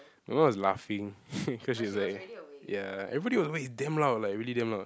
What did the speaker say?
everyone was laughing cause she's like ya everybody was awake damn loud like really damn loud